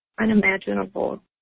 unimaginable